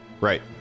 Right